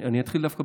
אני אתחיל דווקא,